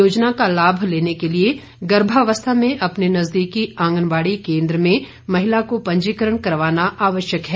योजना का लाभ लेने के लिए गर्भावस्था में अपने नज़दीकी आंगनबाड़ी केन्द्र में महिला को पंजीकरण करवाना आवश्यक है